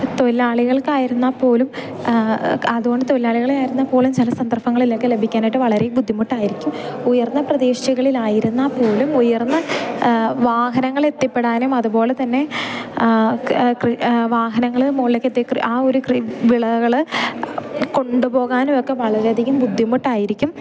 തൊഴിലാളികൾക്കായിരുന്നാൽ പോലും അതുകൊണ്ട് തൊഴിലാളികളേ ആയിരുന്നാൽ പോലും ചില സന്ദർഭങ്ങളിൽ ഒക്കെ ലഭിക്കാനായിട്ട് വളരെ ബുദ്ധിമുട്ടായിരിക്കും ഉയർന്ന പ്രദേശികളിലായിരുന്നാൽ പോലും ഉയർന്ന വാഹനങ്ങളെത്തിപ്പെടാനും അതുപോലെ തന്നെ കൃ വാഹനങ്ങള് മുകളിലേക്ക് എത്തി കൃ ആ ഒരു കൃ വിളകള് കൊണ്ടുപോകാനുവൊക്കെ വളരെയധികം ബുദ്ധിമുട്ടായിരിക്കും